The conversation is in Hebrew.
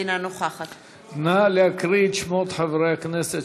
אינה נוכחת נא להקריא את שמות חברי הכנסת